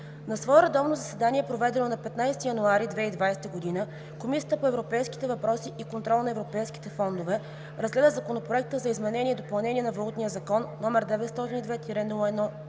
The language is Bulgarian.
На свое редовно заседание, проведено на 15 януари 2020 г., Комисията по европейските въпроси и контрол на европейските фондове разгледа Законопроект за изменение и допълнение на Валутния закон, № 902-01-64,